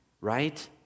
right